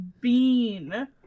bean